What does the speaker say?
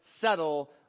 settle